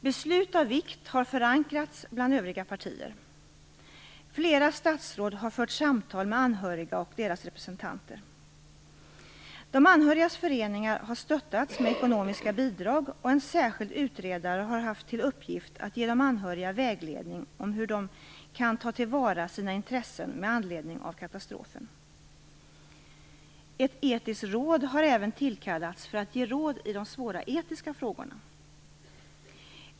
Beslut av vikt har förankrats bland övriga partier. Flera statsråd har fört samtal med anhöriga och deras representanter. De anhörigas föreningar har stöttats med ekonomiska bidrag, och en särskild utredare har haft till uppgift att ge de anhöriga vägledning om hur de kan ta till vara sina intressen med anledning av katastrofen. Ett etiskt råd har även tillkallats för att ge råd i de svåra etiska frågorna.